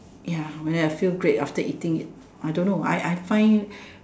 ya where I feel great after eating it I don't know I I find